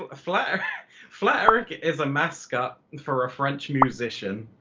ah flat flat eric is a mascot for a french musician